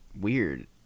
Weird